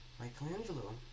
Michelangelo